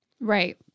Right